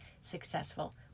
successful